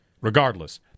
regardless